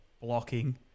blocking